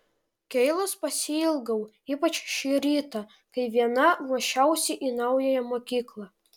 keilos pasiilgau ypač šį rytą kai viena ruošiausi į naująją mokyklą